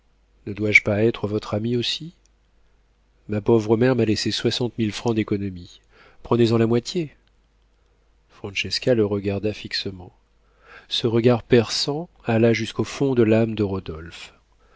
ne dois-je pas être votre ami aussi ma pauvre mère m'a laissé soixante mille francs d'économie prenez-en la moitié francesca le regarda fixement ce regard perçant alla jusqu'au fond de l'âme de rodolphe